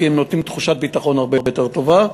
כי הן נותנות תחושת ביטחון הרבה יותר טובה.